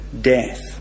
death